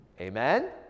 Amen